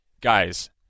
guys-